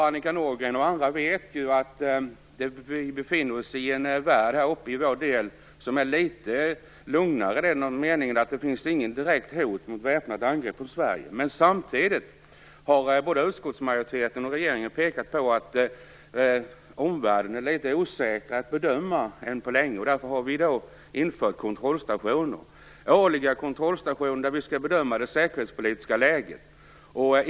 Annika Nordgren och andra vet ju att vi här uppe befinner oss i en del av världen som är litet lugnare i den meningen att det inte finns något direkt hot om väpnat angrepp mot Sverige. Men samtidigt har både utskottsmajoriteten och regeringen pekat på att omvärlden är mer osäker än på länge att bedöma. Därför har vi infört årliga kontrollstationer då vi skall bedöma det säkerhetspolitiska läget.